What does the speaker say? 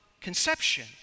conception